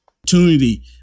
Opportunity